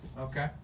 okay